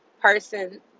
person